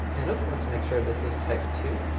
and let's make sure this is type two.